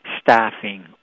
staffing